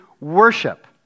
worship